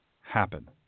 happen